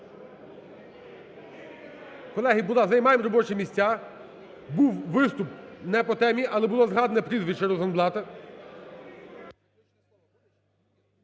Колеги, займаємо робочі місця. Був виступ не по темі, але було згадане прізвище Розенблата.